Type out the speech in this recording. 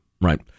right